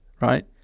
right